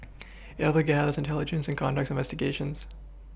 it also gathers intelligence and conducts investigations